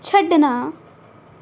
ਛੱਡਣਾ